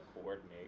Coordinate